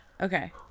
okay